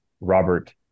Robert